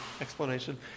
explanation